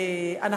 אנחנו,